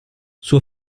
suo